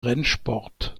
rennsport